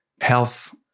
Health